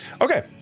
Okay